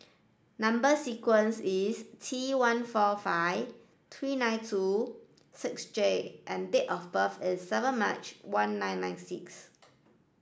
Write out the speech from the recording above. number sequence is T one four five three nine two six J and date of birth is seven March one nine nine six